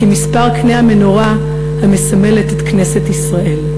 כמספר קני המנורה המסמלת את כנסת ישראל.